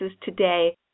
today